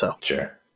Sure